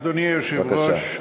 אדוני היושב-ראש,